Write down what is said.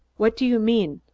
what do you mean?